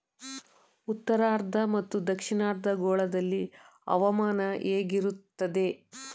ಉತ್ತರಾರ್ಧ ಮತ್ತು ದಕ್ಷಿಣಾರ್ಧ ಗೋಳದಲ್ಲಿ ಹವಾಮಾನ ಹೇಗಿರುತ್ತದೆ?